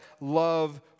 love